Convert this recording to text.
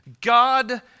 God